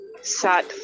sat